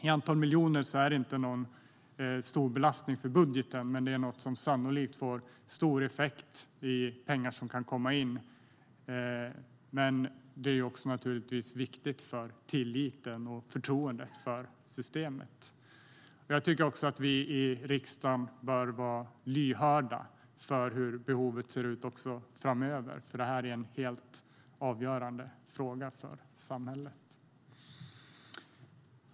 I antal miljoner är det inte någon stor belastning för budgeten, men det är något som sannolikt får stor effekt i pengar som kan komma in. Det är naturligtvis också viktigt för tilliten och förtroendet för systemet. Jag tycker att vi i riksdagen bör vara lyhörda för hur behovet ser ut också framöver, för det här är en helt avgörande fråga för samhället.